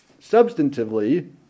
substantively